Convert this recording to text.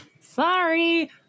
Sorry